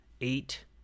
eight